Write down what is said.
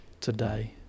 today